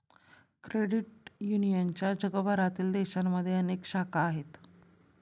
credit युनियनच्या जगभरातील देशांमध्ये अनेक शाखा आहेत